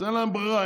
אז אין להם ברירה,